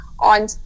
on